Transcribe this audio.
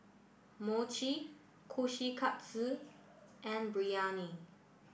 Mochi Kushikatsu and Biryani